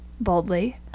Boldly